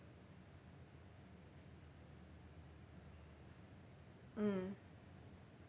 mm